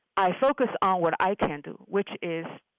i focus on what i can do, which is